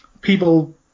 people